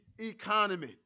economy